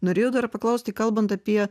norėjau dar paklausti kalbant apie